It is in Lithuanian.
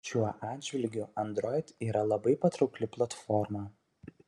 šiuo atžvilgiu android yra labai patraukli platforma